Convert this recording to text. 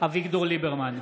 אביגדור ליברמן,